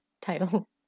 title